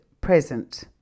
present